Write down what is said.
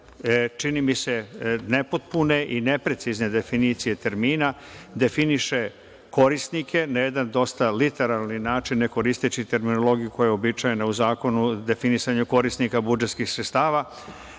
čini mi se, nepotpune i neprecizne definicije termina, definiše korisnike na jedan dosta literalan način, ne koristeći terminologiju koja je uobičajena u zakonu definisanja korisnika budžetskih sredstava.